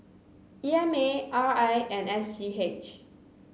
E M A R I and S G H